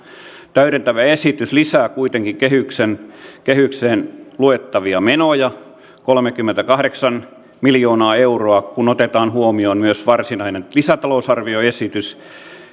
täydentävä esitys lisää kuitenkin kehykseen luettavia menoja kolmekymmentäkahdeksan miljoonaa euroa kun otetaan huomioon myös varsinainen lisätalousarvioesitys